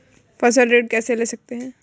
फसल ऋण कैसे ले सकते हैं?